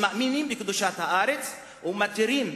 שמאמינים בקדושת הארץ ומתירים,